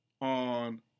on